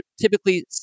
Typically